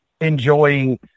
enjoying